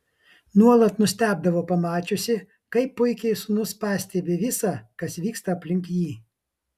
nuolat nustebdavo pamačiusi kaip puikiai sūnus pastebi visa kas vyksta aplink jį